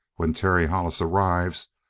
when terry hollis arrives,